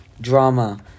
drama